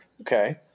Okay